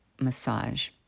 massage